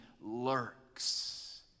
lurks